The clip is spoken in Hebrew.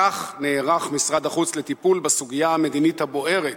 כך נערך משרד החוץ לטיפול בסוגיה המדינית הבוערת".